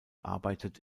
arbeitet